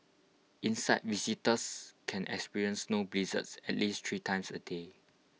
inside visitors can experience snow blizzards at least three times A day